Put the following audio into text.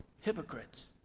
hypocrites